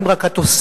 האם רק התוספת,